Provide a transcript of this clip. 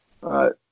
right